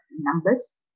numbers